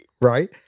right